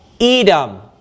Edom